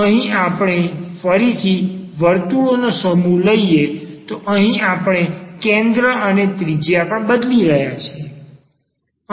અહીં આપણે ફરીથી વર્તુળોનો સમૂહ લઈએ તો અહીં આપણે કેન્દ્ર અને ત્રિજ્યા પણ બદલી રહ્યા છીએ